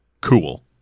cool